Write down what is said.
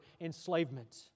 enslavement